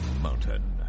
mountain